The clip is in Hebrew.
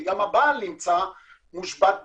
שגם הוא עובד מהבית.